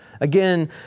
Again